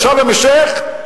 לשארם-א-שיח',